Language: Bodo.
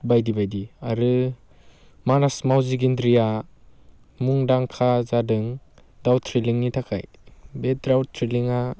बायदि बायदि आरो मानास माउजि गेनद्रिया मुंदांखा जादों दाउ थ्रिलिंनि थाखाय बे दाउ थ्रिलिंआ